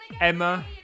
Emma